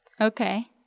Okay